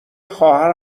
خواهر